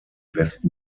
westen